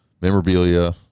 memorabilia